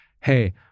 hey